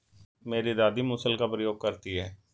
मेरी दादी मूसल का प्रयोग करती हैं